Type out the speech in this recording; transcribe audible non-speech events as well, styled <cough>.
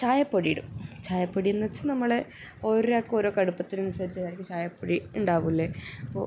ചായപ്പൊടി ഇടും ചായപ്പൊടിയെന്ന് വച്ചാൽ നമ്മൾ ഒരോരാൾക്ക് ഓരോ കടുപ്പത്തിനനുസരിച്ചാണ് <unintelligible> ചായപ്പൊടി ഉണ്ടാകൂല്ലേ അപ്പോൾ